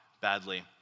badly